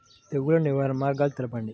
తెగులు నివారణ మార్గాలు తెలపండి?